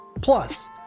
Plus